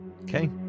Okay